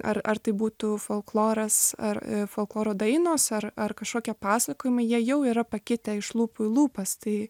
ar ar tai būtų folkloras ar folkloro dainos ar ar kažkokie pasakojimai jie jau yra pakitę iš lūpų į lūpas tai